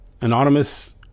anonymous